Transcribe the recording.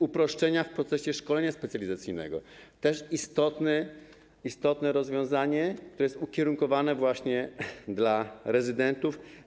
Uproszczenia w procesie szkolenia specjalizacyjnego to też istotne rozwiązanie, które jest ukierunkowane właśnie na rezydentów.